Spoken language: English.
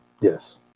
Yes